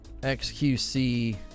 XQC